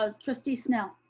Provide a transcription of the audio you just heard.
ah trustee snell.